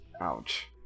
Ouch